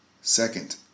Second